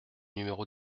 numéro